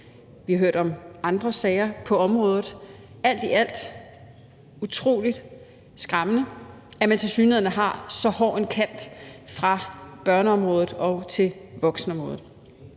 Vi har hørt om andre sager på området. Alt i alt er det utrolig skræmmende, at man tilsyneladende har så hård en kant fra børneområdet over til voksenområdet.